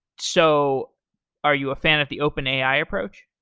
so are you a fan of the openai approach?